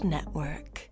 Network